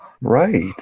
Right